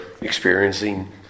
experiencing